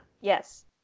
Yes